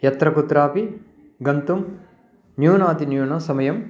यत्र कुत्रापि गन्तुं न्यूनातिन्यूनसमयं